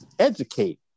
Educate